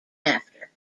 after